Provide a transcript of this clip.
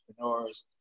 entrepreneurs